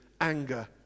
anger